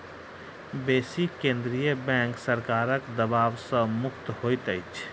बेसी केंद्रीय बैंक सरकारक दबाव सॅ मुक्त होइत अछि